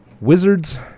wizards